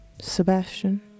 Sebastian